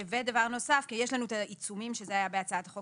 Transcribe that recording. יש לנו את העיצומים שהיו בהצעת החוק